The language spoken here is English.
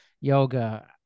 yoga